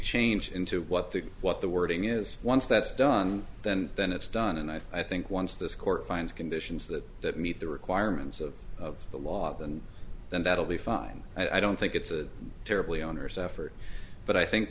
change into what the what the wording is once that's done then then it's done and i think once this court finds conditions that that meet the requirements of the law and then that'll be fine i don't think it's a terribly honor's effort but i think